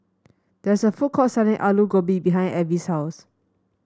there is a food court selling Alu Gobi behind Evie's house